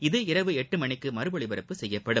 இது இரவு எட்டு மணிக்கு மறு ஒலிபரப்பு செய்யப்படும்